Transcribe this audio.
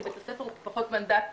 כי בית הספר הוא פחות מנדט טיפולי,